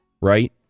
right